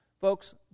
Folks